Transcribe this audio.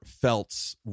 felt